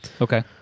Okay